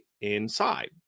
inside